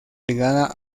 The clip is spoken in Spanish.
ligada